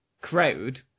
crowd